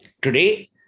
Today